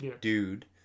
dude